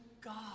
God